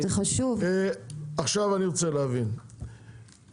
עכשיו אני רוצה להבין,